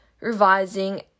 revising